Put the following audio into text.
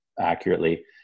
accurately